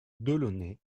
delaunay